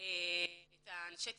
אנשי המקצוע,